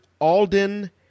Alden